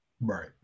Right